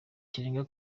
kirenga